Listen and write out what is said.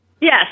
Yes